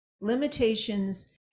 limitations